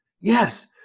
Yes